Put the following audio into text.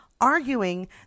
arguing